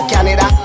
Canada